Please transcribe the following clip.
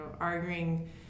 arguing